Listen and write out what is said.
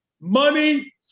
money